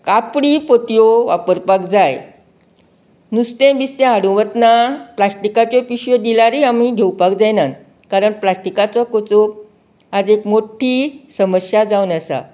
कापडी पोतयो वापरपाक जाय नुस्तें बिस्तें हाडूक वतना प्लास्टिकाच्यो पिशव्यो दिल्यारय आमी घेवपाक जायना कारण प्लास्टिकाचो कोचोप आज एक मोठ्ठी समस्या जावन आसा